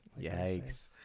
Yikes